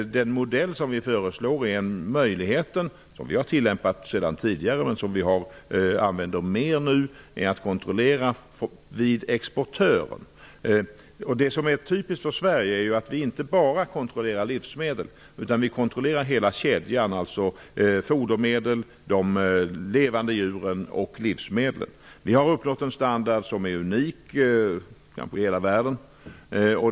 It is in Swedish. Den modell som vi föreslår har vi haft möjlighet att tillämpa sedan tidigare. Vi använder oss dock mer av den möjligheten nu, nämligen att göra en kontroll hos exportören. Det typiska för Sverige är att vi inte bara kontrollerar livsmedel. Vi kontrollerar hela kedjan, dvs. fodermedlen, de levande djuren och livsmedlen. Vi har uppnått en standard som är unik, kanske i hela världen.